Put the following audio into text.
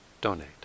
donate